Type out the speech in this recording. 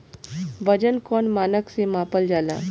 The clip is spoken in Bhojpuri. वजन कौन मानक से मापल जाला?